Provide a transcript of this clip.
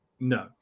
No